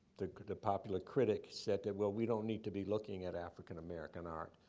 the the popular critic, said that, well, we don't need to be looking at african-american art.